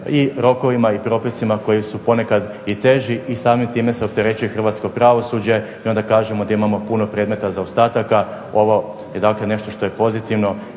i rokovima i propisima koji su ponekad i teži i samim time se opterećuje hrvatsko pravosuđe i onda kažemo da imamo puno predmeta zaostataka, ovo je dakle nešto što je pozitivno,